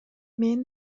мен